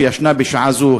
שישנה בשעה זו,